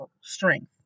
strength